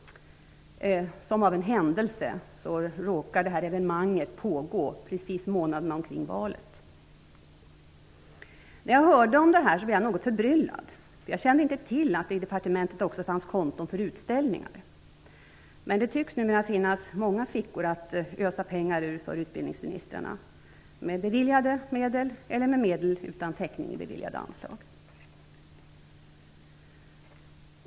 Som av en händelse råkar evenemanget pågå månaderna omkring valet. När jag fick veta detta blev jag mycket förbryllad. jag kände inte till att det i departementet fanns konton också för utställningar. Det tycks numera finnas många fickor för utbildningsministrarna att ösa pengar ur; med beviljade medel eller med medel utan täckning i beviljade anslag.